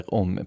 om